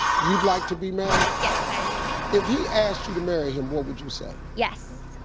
you'd like to be married? yes, i do. if he asked you to marry him, what would you say? yes!